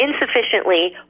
insufficiently